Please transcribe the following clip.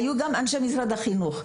היו גם אנשי משרד החינוך,